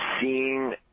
seeing